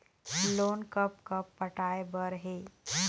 Loan कब कब पटाए बर हे?